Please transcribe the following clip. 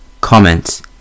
Comments